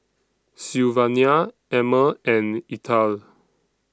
Sylvania Emmer and Ethyle